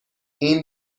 این